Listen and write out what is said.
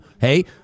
Hey